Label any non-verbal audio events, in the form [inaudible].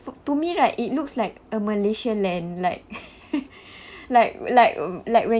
fo~ to me right it looks like a malaysia land like [laughs] like like like when